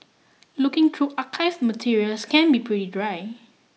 looking through archived materials can be pretty dry